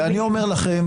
ואני אומר לכם,